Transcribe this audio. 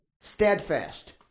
steadfast